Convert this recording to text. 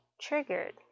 triggered